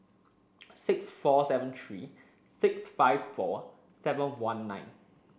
six four seven three six five four seven one nine